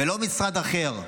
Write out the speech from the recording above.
ולא משרד אחר,